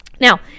Now